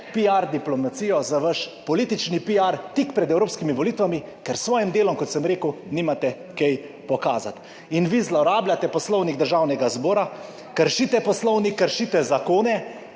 diplomacijo, za vaš politični piar tik pred evropskimi volitvami, ker s svojim delom, kot sem rekel, nimate kaj pokazati. Vi zlorabljate Poslovnik Državnega zbora, kršite poslovnik, kršite zakone,